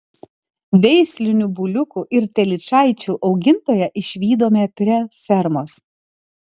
veislinių buliukų ir telyčaičių augintoją išvydome prie fermos